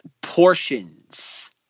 portions